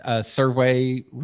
survey